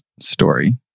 story